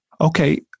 Okay